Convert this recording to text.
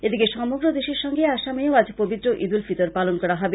এদিকে সমগ্র দেশের সঙ্গে আসামে ও আজ পবিত্র ঈদ উল ফিতর পালন করা হবে